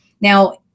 Now